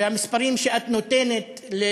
והמספרים שאת נותנת,